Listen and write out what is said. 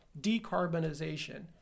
decarbonization